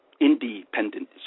independent